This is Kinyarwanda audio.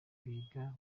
biga